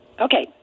Okay